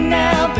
now